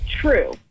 true